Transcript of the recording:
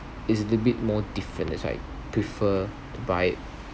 it's a little bit more different that's why I prefer to buy it